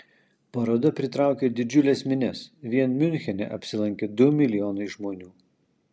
paroda pritraukė didžiules minias vien miunchene apsilankė du milijonai žmonių